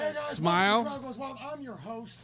Smile